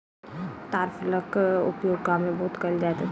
ताड़ फलक उपयोग गाम में बहुत कयल जाइत छल